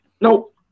nope